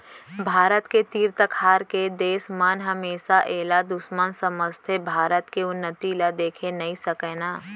भारत के तीर तखार के देस मन हमेसा एला दुस्मन समझथें भारत के उन्नति ल देखे नइ सकय ना